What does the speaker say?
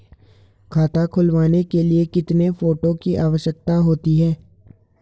खाता खुलवाने के लिए कितने फोटो की आवश्यकता होती है?